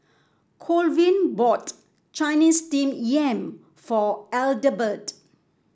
Colvin bought Chinese Steamed Yam for Adelbert